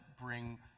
bring